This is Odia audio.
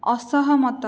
ଅସହମତ